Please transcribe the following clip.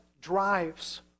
drives